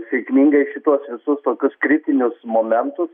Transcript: sėkmingai šituos visus tokius kritinius momentus